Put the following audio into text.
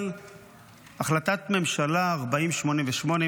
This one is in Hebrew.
אבל החלטת ממשלה 4088,